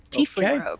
Okay